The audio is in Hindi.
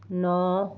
नौ